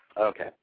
Okay